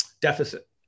deficit